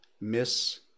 miss